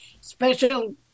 special